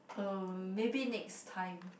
uh maybe next time